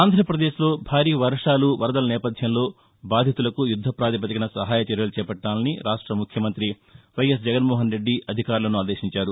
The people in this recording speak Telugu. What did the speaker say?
ఆంధ్రప్రదేశ్లో భారీవర్హలు వరదల నేపధ్యంలో బాధితులకు యుద్దప్రాతిపదికన సహాయ చర్యలు చేపట్టాలని రాష్ట్ర ముఖ్యమంతి వైఎస్ జగన్మోహన్రెడ్డి అదికారులను ఆదేశించారు